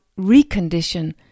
recondition